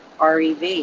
REV